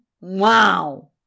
wow